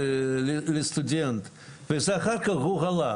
אני עוסק בדיוק בחלק שלפני השכלה גבוהה.